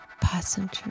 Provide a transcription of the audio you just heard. passenger